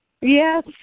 Yes